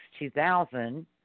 2000 –